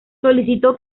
solicitó